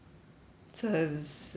真是的